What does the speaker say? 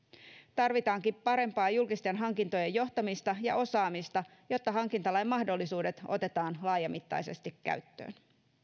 tarvitaankin parempaa julkisten hankintojen johtamista ja osaamista jotta hankintalain mahdollisuudet otetaan laajamittaisesti käyttöön